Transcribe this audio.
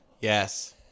Yes